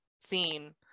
seen